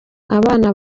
abana